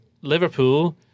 Liverpool